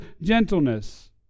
gentleness